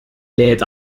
lädt